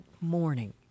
morning